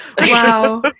wow